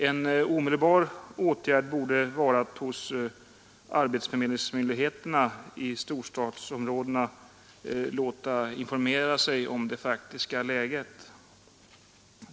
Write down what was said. En omedelbar åtgärd borde vara att hos arbetsförmedlingsmyndigheterna i storstadsområdena låta informera sig om det faktiska läget.